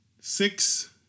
Six